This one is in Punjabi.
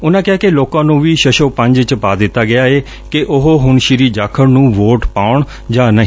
ਉਨੂਾਂ ਕਿਹਾ ਕਿ ਲੋਕਾਂ ਨੁੰ ਵੀ ਸ਼ਸ਼ੋਪੰਜ ਚ ਪਾ ਦਿੱਤਾ ਏ ਕਿ ਉਹ ਹੁਣ ਸ੍ੀ ਜਾਖੜ ਨੁੰ ਵੋਟ ਪਾਉਣ ਜਾਂ ਨਹੀਂ